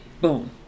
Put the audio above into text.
boom